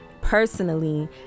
personally